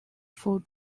for